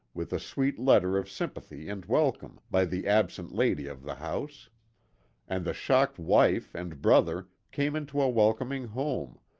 with a sweet letter of sympathy and welcome, by the absent lady of the house and the shocked wife and brother came into a welcoming home,